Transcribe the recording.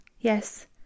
yes